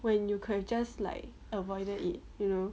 when you could have just like avoided it you know